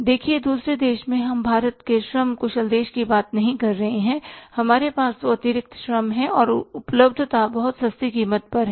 देखिए दूसरे देश में हम भारत के श्रम कुशल देश की बात नहीं कर रहे हैं हमारे पास तो अतिरिक्त श्रम है और उपलब्धता बहुत सस्ती कीमत पर है